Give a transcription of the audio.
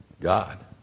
God